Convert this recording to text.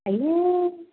आयु